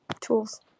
tools